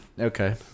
Okay